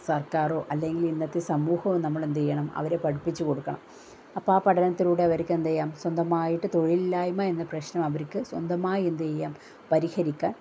സർക്കാരോ അല്ലെങ്കിൽ ഇന്നത്തെ സമുഹമോ നമ്മൾ എന്തെയ്യണം അവരെ പഠിപ്പിച്ച് കൊടുക്കണം അപ്പം ആ പഠനത്തിലൂടെ അവർക്ക് എന്തെയ്യാം സ്വന്തമായിട്ട് തൊഴിലില്ലായ്മ എന്ന പ്രശ്നം അവർക്ക് സ്വന്തമായി എന്തെയ്യാം പരിഹരിക്കാൻ